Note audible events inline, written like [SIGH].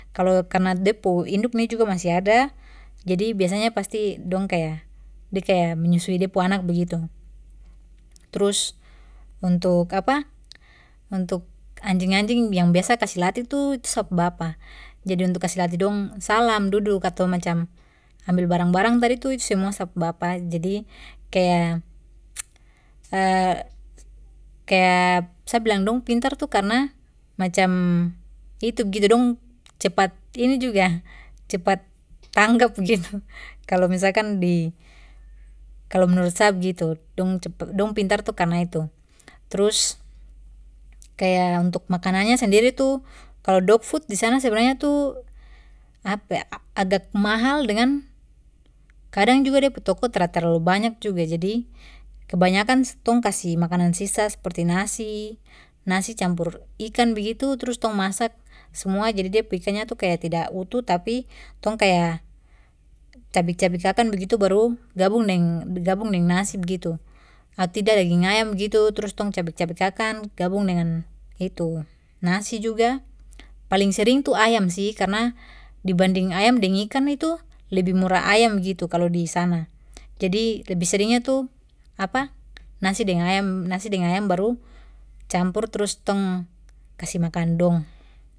Kalo karna de pu induk ni masih ada jadi biasanya pasti dong kaya de kaya menyusui de pu anak begitu, trus untuk [HESITATION] untuk anjing anjing yang biasa kasih latih tu sa pu bapa jadi untuk kasih latih dong salam duduk ato macam ambil barang barang tadi tu itu semua sa pu bapa jadi kaya [HESITATION] kaya sa bilang dong pintar itu karna macam itu begitu dong cepat ini juga cepat tanggap begitu [LAUGHS] kalo misalkan di kalo menurut sa begitu dong pintar tu karna itu trus, kaya untuk makanannya sendiri tu kalo dogfood disana sebenarnya tu [HESITATION] agak mahal dengan kadang juga de pu tokoh tra terlalu banyak juga jadi kebanyakan tong kasih makanan sisa seperti nasi, nasi campur ikan begitu trus tong masak semua jadi de pu ikannya tu kaya tidak utuh jadi tong kaya, cabik cabik akan begitu baru gabung deng gabung deng nasi begitu ato tidak daging ayam begitu trus tong cabik cabik akan gabung dengan itu nasi juga, paling sering tu ayam sih karna dibanding ayam deng ikan itu lebih murah ayam begitu kalo disana, jadi lebih seringnya tu [HESITATION] nasi deng ayam nasi ayam baru campur trus tong kasih makan dong.